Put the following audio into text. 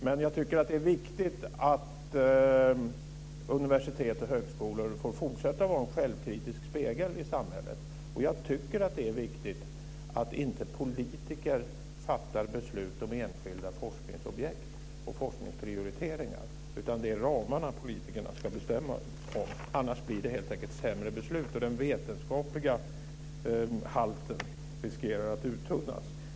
Men jag tycker att det är viktigt att universitet och högskolor får fortsätta att vara en självkritisk spegel i samhället. Jag tycker att det är viktigt att politiker inte fattar beslut om enskilda forskningsobjekt och forskningsprioriteringar, utan att det är ramarna politikerna ska bestämma om - annars blir det helt enkelt sämre beslut och den vetenskapliga halten riskerar att uttunnas.